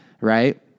right